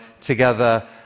together